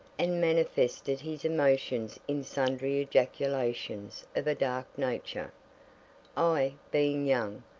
and manifested his emotions in sundry ejaculations of a dark nature i, being young,